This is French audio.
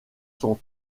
sont